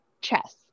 chess